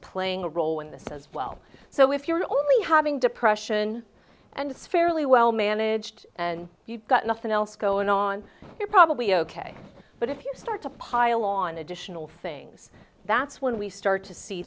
playing a role in this as well so if you're only having depression and it's fairly well managed and you've got nothing else going on you're probably ok but if you start to pile on additional things that's when we start to see